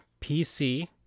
PC